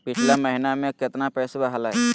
पिछला महीना मे कतना पैसवा हलय?